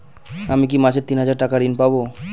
আমি কি মাসে তিন হাজার টাকার ঋণ পাবো?